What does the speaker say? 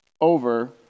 over